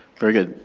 very good.